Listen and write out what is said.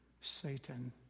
Satan